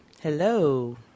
Hello